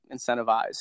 incentivized